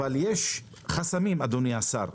אבל יש חסמים, אדוני השר.